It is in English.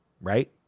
Right